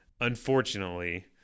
Unfortunately